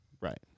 Right